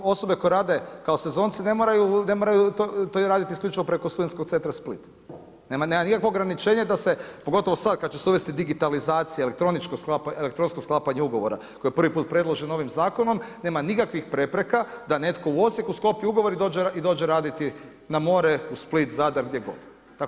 Pa osobe koje rade kao sezonci ne moraju to radit isključivo preko stud.centra Split, nema nikakvog ograničenja da se, pogotovo sad kad će se uvesti digitalizacija, elektronsko sklapanje ugovora koje je prvi put predloženo ovim zakonom, nema nikakvih prepreka da netko u Osijeku sklopi ugovor i dođe raditi na more, u Split, Zadar, gdje god.